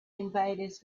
invaders